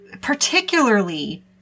particularly